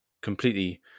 completely